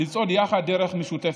לצעוד יחד בדרך משותפת"